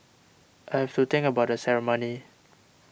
I have to think about the ceremony